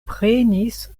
prenis